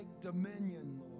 dominion